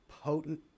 potent